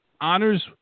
honors